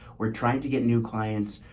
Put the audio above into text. we're trying to get new clients.